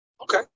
Okay